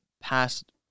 past